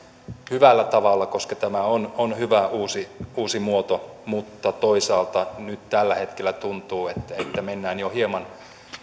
hyvällä tavalla koska tämä on hyvä uusi muoto mutta toisaalta nyt tällä hetkellä tuntuu että mennään jo hieman